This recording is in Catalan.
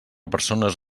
persones